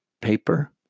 paper